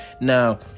Now